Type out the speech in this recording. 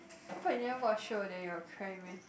how about you never watch show then you will cry meh